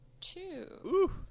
two